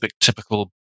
Typical